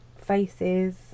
faces